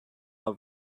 are